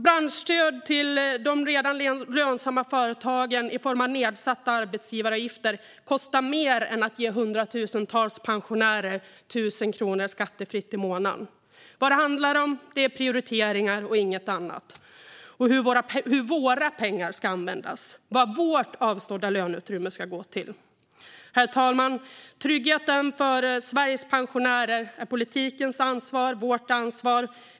Branschstöd till de redan lönsamma företagen i form av nedsatta arbetsgivaravgifter kostar mer än att ge hundratusentals pensionärer 1 000 kronor skattefritt i månaden. Vad det handlar om är prioriteringar och inget annat. Det handlar om hur våra pengar ska användas och vad vårt avstådda löneutrymme ska gå till. Herr talman! Tryggheten för Sveriges pensionärer är politikens ansvar och vårt ansvar.